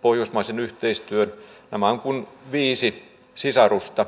pohjoismaisen yhteistyön niin että nämä ovat kuin viisi sisarusta